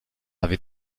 avait